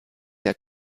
der